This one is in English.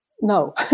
No